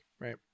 right